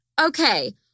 Okay